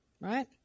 right